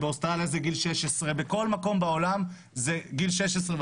באוסטרליה זה גיל 16,